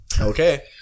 Okay